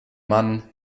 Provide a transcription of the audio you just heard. mann